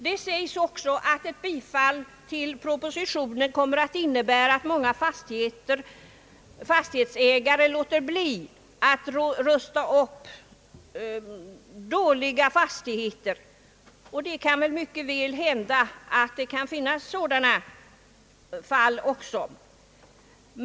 Det sägs också att ett bifall till propositionen kommer att innebära att många fastighetsägare låter bli att rusta upp dåliga fastigheter, och det kan väl mycket väl hända att det också förekommer sådana fall.